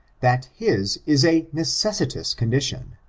that his is a necessitous condition,